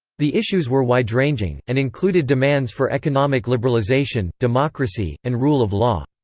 the issues were wide-ranging, and included demands for economic liberalization, democracy, and rule of law.